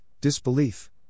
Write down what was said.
disbelief